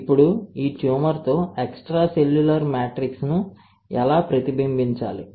ఇప్పుడు ఈ ట్యూమర్ తో ఎక్స్ట్రాసెల్యులర్ మ్యాట్రిక్స్ను ఎలా ప్రతిబింబించాలి